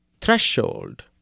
threshold